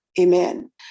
Amen